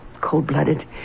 cold-blooded